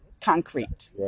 concrete